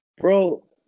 bro